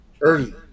Early